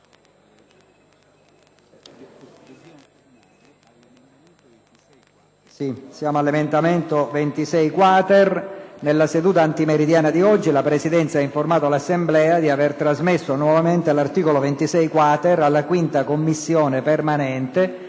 dal Governo. E[` ]approvato. Nella seduta antimeridiana di oggi la Presidenza ha informato l’Assemblea di aver trasmesso nuovamente l’articolo 26-quater alla 5ª Commissione permanente,